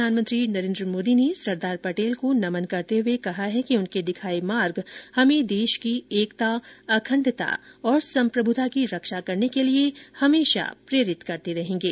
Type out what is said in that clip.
प्रधानमंत्री नरेन्द्र मोदी ने सरदार पटेल को नमन करते हुए कहा है कि उनके दिखाए मार्ग हमें देश की एकता अखंडता और संप्रभुता की रक्षा करने के लिए सदा प्रेरित करते रहेंगे